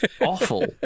awful